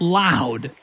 loud